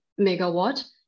megawatt